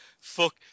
Fuck